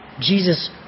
Jesus